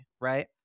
right